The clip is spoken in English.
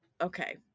okay